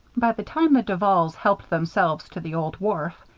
by the time the duvals helped themselves to the old wharf,